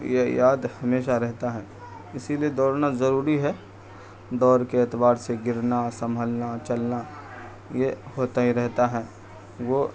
یہ یاد ہمیشہ رہتا ہے اسی لیے دوڑنا ضروری ہے دوڑ کے اعتبار سے گرنا سنبھلنا چلنا یہ ہوتا ہی رہتا ہے وہ